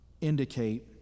indicate